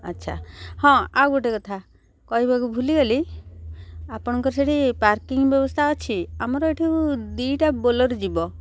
ଆଚ୍ଛା ହଁ ଆଉ ଗୋଟେ କଥା କହିବାକୁ ଭୁଲିଗଲି ଆପଣଙ୍କର ସେଠି ପାର୍କିଂ ବ୍ୟବସ୍ଥା ଅଛି ଆମର ଏଠୁ ଦୁଇ'ଟା ବୋଲେରୋ ଯିବ